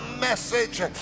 message